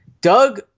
Doug